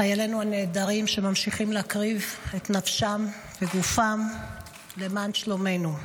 חיילנו הנהדרים שממשיכים להקריב את נפשם וגופם למען שלומנו.